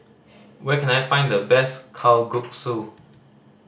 where can I find the best Kalguksu